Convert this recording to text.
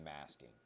masking